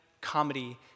Comedy